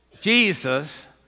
Jesus